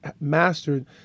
mastered –